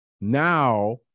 Now